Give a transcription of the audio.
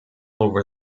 over